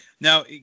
Now